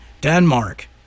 Denmark